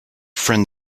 friend